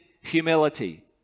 humility